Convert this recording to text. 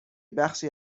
بخشی